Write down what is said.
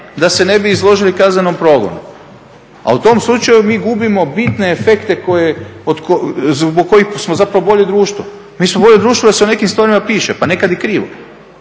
da se ne bi izložili kaznenom progonu. A u tom slučaju mi gubimo bitne efekte koje, zbog kojih smo zapravo bolje društvo. Mi smo bolje društvo jer se o nekim stvarima piše pa nekad i krivo